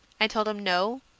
i told him no.